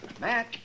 Matt